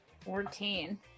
Fourteen